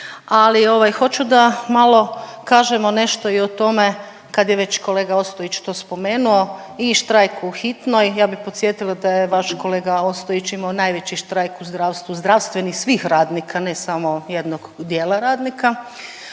Ali hoću da malo kažemo nešto i o tome kad je već kolega Ostojić to spomenuo i štrajk u hitnoj. Ja bih podsjetila da je vaš kolega Ostojić imao najveći štrajk u zdravstvu, zdravstvenih svih radnika ne samo jednog dijela radnika,